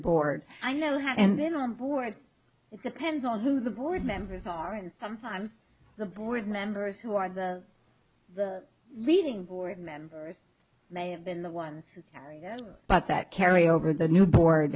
board i know and then on board it depends on who the board members are and sometimes the board members who are the leading board member may have been the one but that carry over the new board